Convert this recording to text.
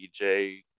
DJ